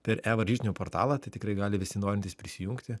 per evaržytinių portalą tai tikrai gali visi norintys prisijungti